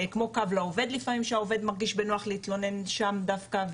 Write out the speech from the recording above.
כמו קו לעובד שהעובד מרגיש בנוח להתלונן שם דווקא,